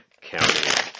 County